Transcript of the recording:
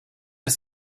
ist